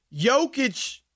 Jokic –